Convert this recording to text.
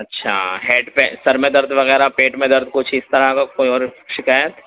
اچھا ہیڈ پہ سر میں درد وغیرہ پیٹ میں درد کچھ اس طرح کا کوئی اور شکایت